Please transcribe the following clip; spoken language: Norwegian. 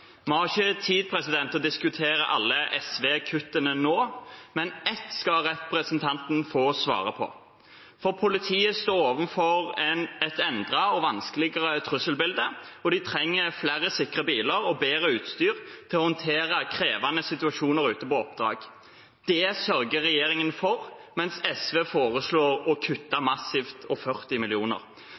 Vi har ikke tid til å diskutere alle SV-kuttene nå, men ett skal representanten få svare på. Politiet står overfor et endret og vanskeligere trusselbilde, og de trenger flere sikre biler og bedre utstyr for å håndtere krevende situasjoner ute på oppdrag. Det sørger regjeringen for, mens SV foreslår å kutte massivt, med 40